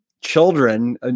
children